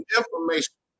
information